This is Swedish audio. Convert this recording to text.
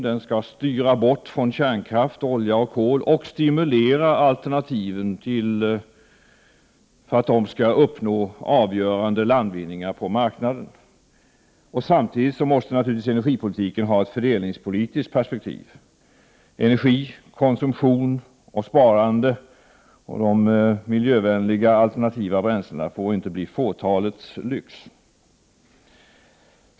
Den skall styra bort från kärnkraft, olja och kol samt stimulera alternativen så att dessa kan nå avgörande landvinningar på marknaden. Samtidigt måste naturligtvis energipolitiken ha ett fördelningspolitiskt perspektiv. Energi, konsumtion, sparande och de miljövänliga alternativa bränslena får inte bli fåtalets lyx.